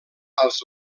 als